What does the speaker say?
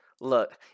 look